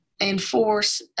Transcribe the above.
enforce